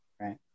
right